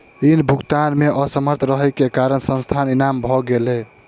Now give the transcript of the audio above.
ऋण भुगतान में असमर्थ रहै के कारण संस्थान नीलाम भ गेलै